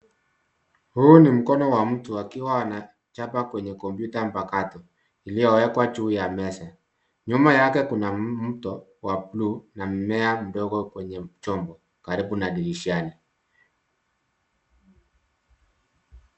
Huu ni mkono wa mtu akiwa anachapa kwenye kompyuta mpakato, iliyowekwa juu ya meza. Nyuma yake kuna mto wa blue na mmea mdogo kwenye chombo, karibu na dirishani.